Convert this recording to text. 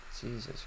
Jesus